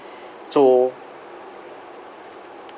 so